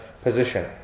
Position